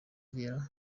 vieira